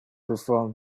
perform